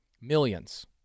Millions